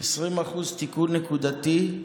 20% תיקון נקודתי,